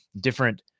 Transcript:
different